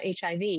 HIV